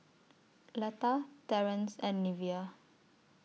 Letta Terance and Neveah